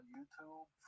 YouTube